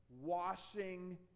washing